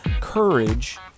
courage